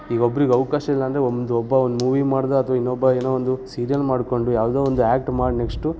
ಈಗ ಒಬ್ರಿಗೆ ಅವಕಾಶ ಇಲ್ಲ ಅಂದರೆ ಒಂದು ಒಬ್ಬ ಒಂದು ಮೂವಿ ಮಾಡಿದ ಅಥವಾ ಇನ್ನೊಬ್ಬ ಏನೋ ಒಂದು ಸೀರಿಯಲ್ ಮಾಡಿಕೊಂಡು ಯಾವುದೋ ಒಂದು ಆಕ್ಟ್ ಮಾಡಿ ನೆಕ್ಶ್ಟು